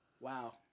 Wow